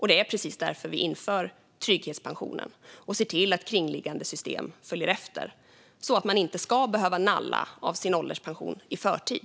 Det är precis därför vi inför trygghetspensionen och ser till att kringliggande system följer efter så att man inte ska behöva nalla av sin ålderspension i förtid.